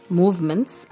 movements